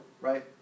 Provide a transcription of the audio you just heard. Right